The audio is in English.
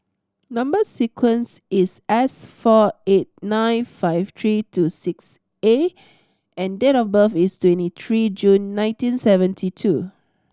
number sequence is S four eight nine five tree two six A and date of birth is twenty tree June nineteen seventy two